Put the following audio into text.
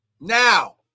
Now